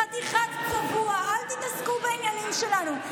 חתיכת צבוע, אל תתעסקו בעניינים שלנו.